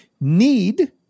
need